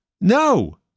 No